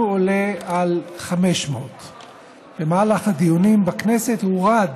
עולה על 500. במהלך הדיונים בכנסת הורד